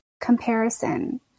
comparison